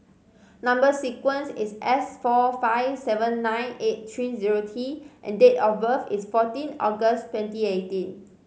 number sequence is S four five seven nine eight three zero T and date of birth is fourteen August twenty eighteen